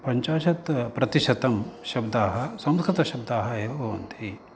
पञ्चाशत् प्रतिशतं शब्दाः संस्कृतशब्दाः एव भवन्ति